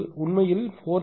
69 × tan cos − 1 0